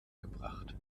gebracht